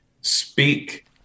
speak